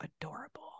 adorable